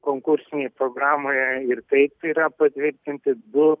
konkursinėj programoje ir taip yra patvirtinti du